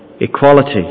equality